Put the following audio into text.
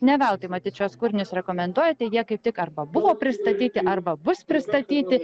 ne veltui matyt šiuos kūrinius rekomenduojate jie kaip tik arba buvo pristatyti arba bus pristatyti